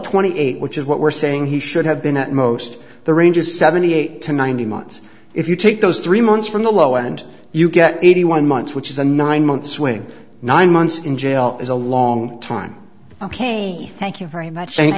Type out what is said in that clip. twenty eight which is what we're saying he should have been at most the range is seventy eight to ninety months if you take those three months from the low end you get eighty one months which is a nine month swing nine months in jail is a long time ok thank you very much thank